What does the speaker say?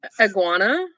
iguana